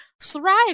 thrive